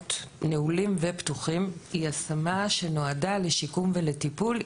במעונות נעולים ופתוחים היא השמה שנועדה לשיקום ולטיפול.